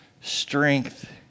strength